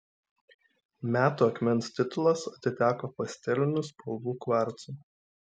metų akmens titulas atiteko pastelinių spalvų kvarcui